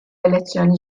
elezzjoni